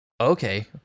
Okay